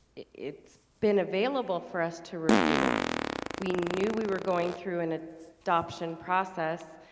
it's been available for us to review we knew we were going through an adoption process.